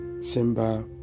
Simba